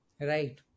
Right